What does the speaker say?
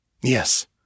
yes